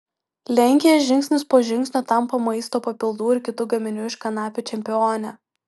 lenkija žingsnis po žingsnio tampa maisto papildų ir kitų gaminių iš kanapių čempione